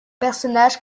personnage